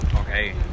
Okay